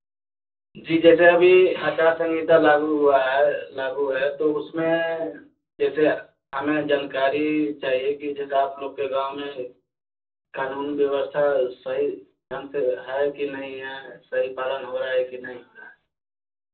जी जैसे अभी आचार संहिता लागू हुआ है लागू है तो उसमें जैसे हमें जनकारी चाहिए कि जैसे आप लोग के गाँव में कानून व्यवस्था सही ढंग से है कि नहीं है सही पालन हो रहा है कि नहीं हो रहा है